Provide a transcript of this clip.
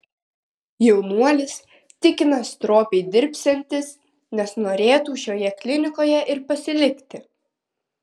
jaunuolis tikina stropiai dirbsiantis nes norėtų šioje klinikoje ir pasilikti